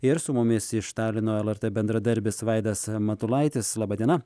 ir su mumis iš talino lrt bendradarbis vaidas matulaitis laba diena